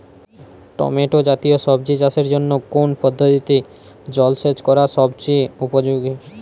Tomato জাতীয় সবজি চাষের জন্য কোন পদ্ধতিতে জলসেচ করা সবচেয়ে উপযোগী?